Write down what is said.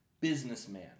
businessman